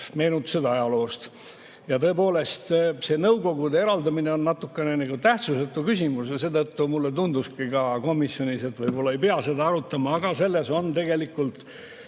meenutused ajaloost. Tõepoolest, see nõukogude eraldamine on natukene justkui tähtsusetu küsimus – seetõttu mulle tunduski komisjonis, et võib-olla ei pea seda arutama –, aga selles on tegelikult